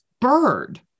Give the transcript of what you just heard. bird